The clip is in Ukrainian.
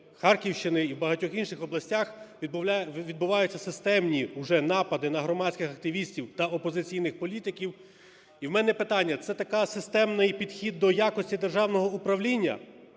Харківщини, і в багатьох інших областях відбуваються системні вже напади на громадських активістів та опозиційних політиків. І у мене питання: це такий системний підхід до якості державного управління?